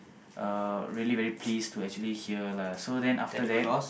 uh really very pleased to actually hear lah so then after that